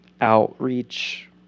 outreach